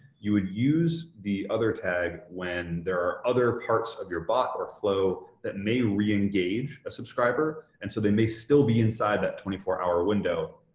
you would use the other tag when there are other parts of your bot or flow that may reengage a subscriber, and so they may still be inside that twenty four hour window.